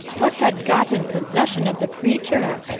what had gotten possession of the preacher!